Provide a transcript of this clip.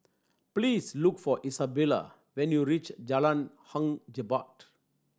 please look for Izabella when you reach Jalan Hang Jebat